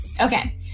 Okay